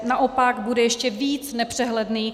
Naopak, bude ještě víc nepřehledný.